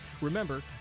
Remember